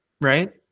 right